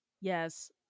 Yes